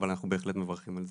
אבל אנחנו בהחלט מברכים על זה.